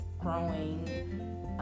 growing